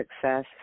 success